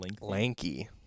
Lanky